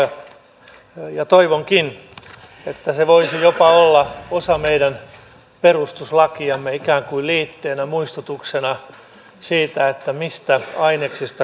ja toivonkin että se voisi jopa olla osa meidän perustuslakiamme ikään kuin liitteenä muistutuksena siitä mistä aineksista kansakuntamme on tehty